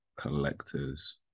collectors